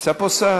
נמצא פה שר.